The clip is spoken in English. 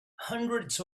hundreds